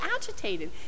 agitated